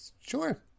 Sure